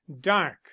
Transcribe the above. dark